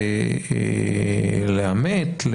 לאמת,